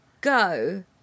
go